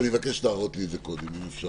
ואני מבקש להראות לי את זה קודם אם אפשר.